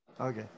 okay